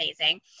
amazing